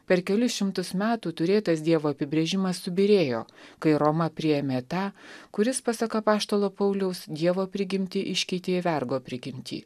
per kelis šimtus metų turėtas dievo apibrėžimas subyrėjo kai roma priėmė tą kuris pasak apaštalo pauliaus dievo prigimtį iškeitė į vergo prigimtį